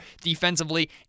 defensively